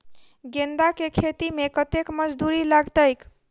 गेंदा केँ खेती मे कतेक मजदूरी लगतैक?